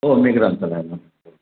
हो मी ग्रंथालय